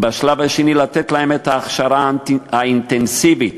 לתת להם את ההכשרה האינטנסיבית